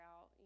out